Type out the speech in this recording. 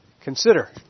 Consider